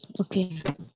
Okay